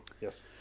Yes